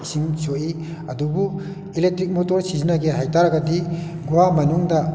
ꯏꯁꯤꯡ ꯁꯣꯛꯏ ꯑꯗꯨꯕꯨ ꯏꯂꯦꯛꯇ꯭ꯔꯤꯛ ꯃꯣꯇꯣꯔ ꯁꯤꯖꯤꯟꯅꯒꯦ ꯍꯥꯏꯇꯥꯔꯒꯗꯤ ꯒꯨꯍꯥ ꯃꯅꯨꯡꯗ